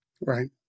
Right